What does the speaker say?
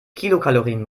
kilokalorien